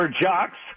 jocks